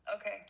Okay